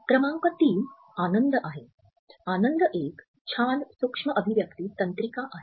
क्रमांक 3 आनंद आहे आनंद एक छान सूक्ष्म अभिव्यक्ति तंत्रिका आहे